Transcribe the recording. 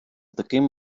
таким